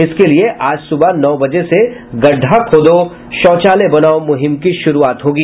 इसके लिए आज सुबह नौ बजे से गड्ढ़ा खोदो शौचालय बनाओ मुहिम की शुरूआत होगी